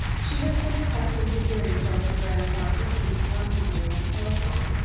she has been accustomed to hearing from her grandfather at least once a day by telephone,